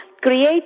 create